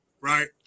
right